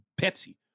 Pepsi